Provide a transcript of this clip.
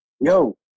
Yo